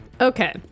Okay